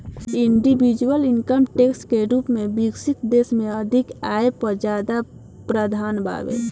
individual income tax के रूप में विकसित देश में अधिक आय पर ज्यादा प्रावधान बावे